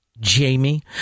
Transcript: Jamie